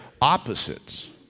opposites